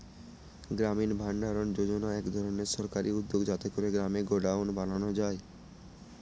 গ্রামীণ ভাণ্ডারণ যোজনা এক ধরনের সরকারি উদ্যোগ যাতে করে গ্রামে গডাউন বানানো যায়